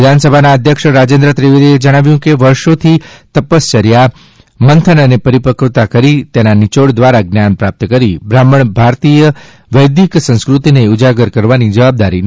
વિધાનસભાના અધ્યક્ષ રાજેન્દ્ર ત્રિવેદીએ જણાવ્યું કે વર્ષોથી તપસ્યા મંથન અને પરિપક્વતા કરી તેના નિયોડ દ્વારા જ્ઞાન પ્રાપ્ત કરી બ્રાહ્મણ ભારતીય વૈદિક સંસ્કૃતિને ઉજાગર કરવાની જવાબદારી નિભાવે છે